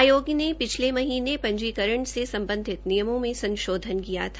आयोग ने पिछले महीने पंजीकरण से सम्बधित दिशा निर्देशों से संशोधन किया था